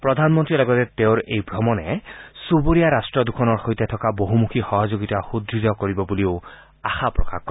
প্ৰধানমন্ত্ৰীয়ে লগতে তেওঁৰ এই ভ্ৰমণে চুবুৰীয়া ৰাষ্ট্ৰ দুখনৰ সৈতে থকা বহুমূখী সহযোগিতা সুদৃঢ় কৰিব বুলিও আশা প্ৰকাশ কৰে